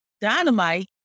dynamite